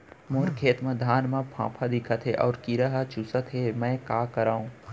मोर खेत के धान मा फ़ांफां दिखत हे अऊ कीरा चुसत हे मैं का करंव?